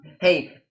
Hey